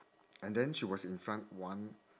and then she was in front one